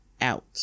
out